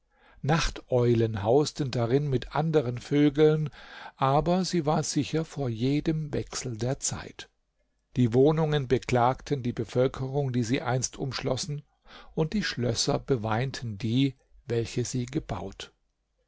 nachteulen hausten darin mit anderen vögeln aber sie war sicher vor jedem wechsel der zeit die wohnungen beklagten die bevölkerung die sie einst umschlossen und die schlösser beweinten die welche sie gebaut